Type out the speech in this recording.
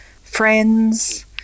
friends